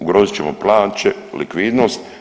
Ugrozit ćemo plaće, likvidnost.